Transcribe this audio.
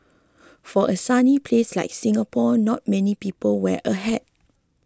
for a sunny place like Singapore not many people wear a hat